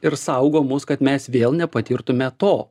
ir saugo mus kad mes vėl nepatirtume to